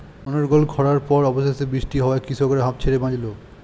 অনর্গল খড়ার পর অবশেষে বৃষ্টি হওয়ায় কৃষকরা হাঁফ ছেড়ে বাঁচল